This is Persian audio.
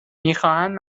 میخواهند